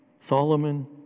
Solomon